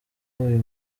uyu